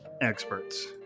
experts